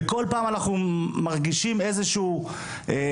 וכל פעם אנחנו מרגישים איזו שהיא הרגשה,